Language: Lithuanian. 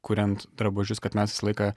kuriant drabužius kad mes visą laiką